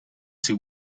she